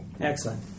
Excellent